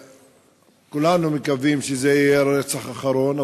כולנו מקווים שזה יהיה הרצח האחרון,